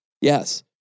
Yes